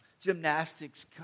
gymnastics